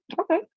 okay